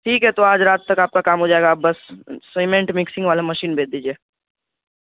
ٹھیک ہے تو آج رات تک آپ کام ہو جائے گا آپ بس سیمینٹ مکسنگ والا مشین بھیج دیجیے